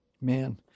Man